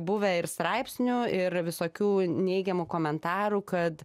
buvę ir straipsnių ir visokių neigiamų komentarų kad